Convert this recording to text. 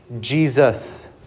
Jesus